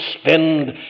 spend